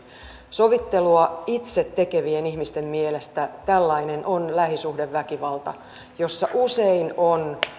sovittelua itse tekevien ihmisten mielestä tällainen on lähisuhdeväkivalta jossa usein on